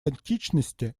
античности